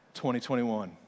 2021